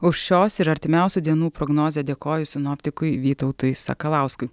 už šios ir artimiausių dienų prognozę dėkoju sinoptikui vytautui sakalauskui